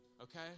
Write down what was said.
okay